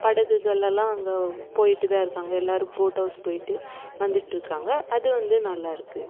படகுகளெல்லாம் அங்கே போய்ட்டு தான் இருக்காங்க எல்லோரும் போட் ஹவுஸ் போய்ட்டு வந்துட்டுருக்காங்க அது வந்து நல்லாயிருக்கு